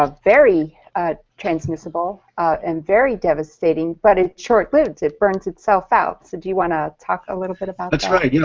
ah very transmissible and very devastating but in short loops, it burns itself out, so do you want to talk a little bit about that? that's right. yeah